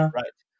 right